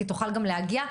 היא תוכל גם להגיע,